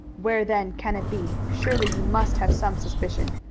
where then can it be? surely you must have some suspicion.